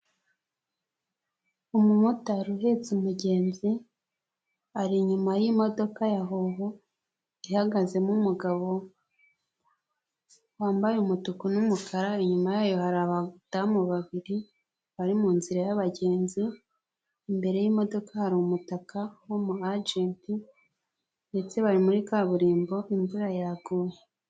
Umumotari uhetse umugenzi ari inyuma y'imodoka ya hoho ihagazemo umugabo wambaye umutuku n'umukara, inyuma yayo hari abadamu babiri bari mu nzira y'ababagenzi, imbere yimodoka hari umutaka w'umu ajenti ndetse bari muri kaburimbo imvura yaguye.